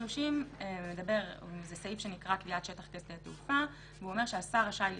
30 זה סעיף שנקרא "קביעת שטח כשדה תעופה" והוא אומר ש"השר רשאי לקבוע,